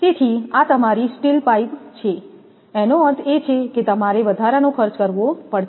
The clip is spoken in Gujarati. તેથી આ તમારી સ્ટીલ પાઇપ છે એનો અર્થ એ કે તમારે વધારાનો ખર્ચ કરવો પડશે